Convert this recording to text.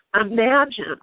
imagine